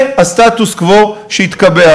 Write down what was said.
זה הסטטוס-קוו שהתקבע.